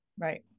Right